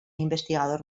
investigador